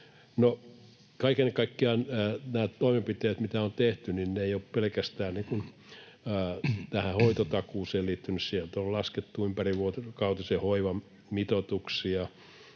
kaiken kaikkiaan nämä toimenpiteet, mitä on tehty, eivät ole liittyneet pelkästään hoitotakuuseen. Siellä on laskettu ympärivuorokautisen hoivan hoitajamitoituksia